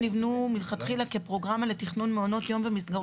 במעונות שנבנו מלכתחילה כפרוגרמה לתכנון מעונות יום ומסגרות